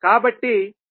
కాబట్టి z12 విలువ ఎంత